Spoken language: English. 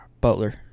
Butler